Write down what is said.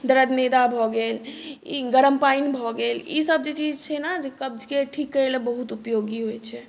दरदनेदा भऽ गेल ई गरम पानि भऽ गेल ईसब जे चीज छै ने जे कब्जके ठीक करैलए बहुत उपयोगी होइ छै